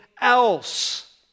else